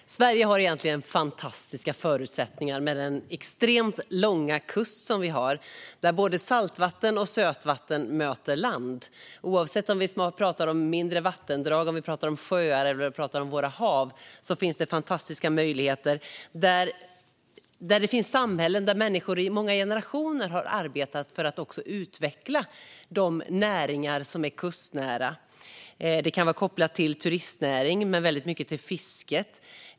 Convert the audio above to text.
Fru talman! Sverige har egentligen fantastiska förutsättningar med den extremt långa kust som vi har, där både saltvatten och sötvatten möter land. Oavsett om vi pratar om mindre vattendrag, sjöar eller våra hav finns det fantastiska möjligheter i samhällen där människor i många generationer har arbetat för att utveckla de kustnära näringarna. Det kan vara kopplat till turistnäringen men även till fiske.